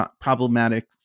problematic